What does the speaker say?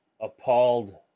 appalled